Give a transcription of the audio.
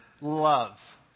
love